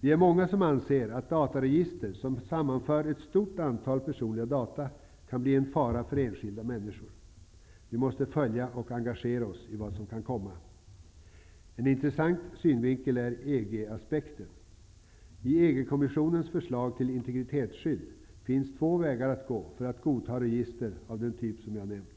Vi är många som anser att dataregister, som sammanför ett stort antal personliga data, kan bli en fara för enskilda människor. Vi måste följa utvecklingen och engagera oss i vad som kan komma. En intressant synvinkel är EG-aspekten. I EG kommissionens förslag till integritetsskydd finns det två vägar att gå när det gäller att godta register av den typ som jag har nämnt.